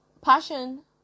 passion